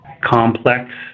complex